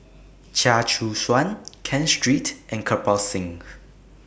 Chia Choo Suan Ken Seet and Kirpal Singh